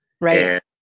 Right